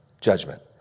judgment